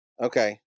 Okay